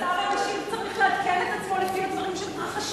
אבל השר המשיב צריך לעדכן את עצמו לפי הדברים שמתרחשים,